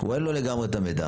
הוא אין לו לגמרי את המידע.